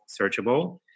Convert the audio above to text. searchable